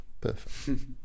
perfect